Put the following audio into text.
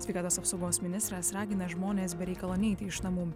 sveikatos apsaugos ministras ragina žmones be reikalo neiti iš namų